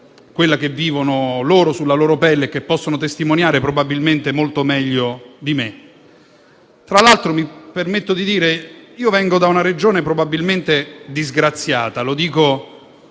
quella che vivono loro sulla loro pelle e che possono testimoniare probabilmente molto meglio di me. Tra l'altro, mi permetto di dire che vengo da una Regione probabilmente disgraziata - lo dico